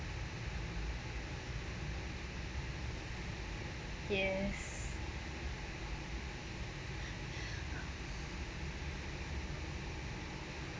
yes